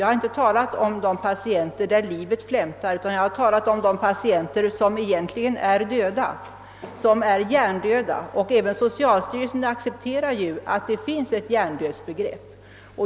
Jag har inte talat om patienter vilkas liv flämtar utan om patienter som egentligen är döda, d.v.s. hjärndöda. även socialstyrelsen accepterar ju att det finns ett hjärndödsbegrepp.